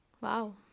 Wow